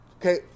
okay